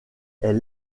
elle